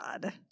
god